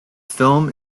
film